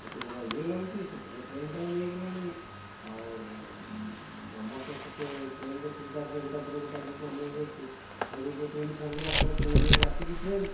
ମୋତେ ବଡ଼ ଇଏ ଲାଗୁଛି ସେପଟେ ଟ୍ରେନ୍ ଟାଇମ୍ ହେଇଗଲାଣି ଆଉ ଆମର ତ ସେତେ ଟ୍ରେନ୍ର ସୁବିଧା ଗୋଟେ ପରେ ଗୋଟେ ଯେମିତି ଅନ୍ୟର ଅଛି ଗୋଟେ ଟ୍ରେନ୍ ଛାଡ଼ିଦେଲା ପରେ ପୁଣି ଯାଇ କି ରାତିକି ଟ୍ରେନ୍